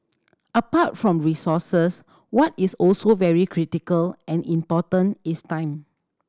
apart from resources what is also very critical and important is time